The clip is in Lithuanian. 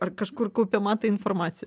ar kažkur kaupiama ta informacija